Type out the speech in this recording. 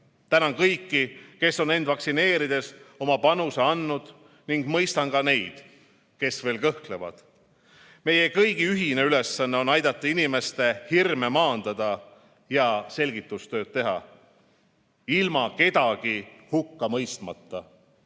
Tänan kõiki, kes on end vaktsineerides oma panuse andnud, ning mõistan ka neid, kes veel kõhklevad. Meie kõigi ühine ülesanne on aidata inimeste hirme maandada ja selgitustööd teha ilma kedagi hukka mõistmata.